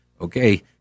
okay